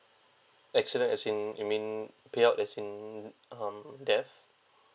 accident as in you mean payout as in um death